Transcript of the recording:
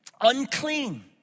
unclean